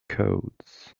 codes